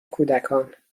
کودکان